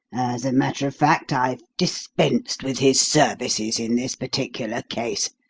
as a matter of fact, i've dispensed with his services in this particular case.